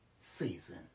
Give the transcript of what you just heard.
season